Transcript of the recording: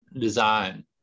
design